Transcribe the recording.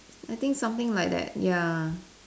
I think something like that ya